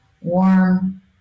Warm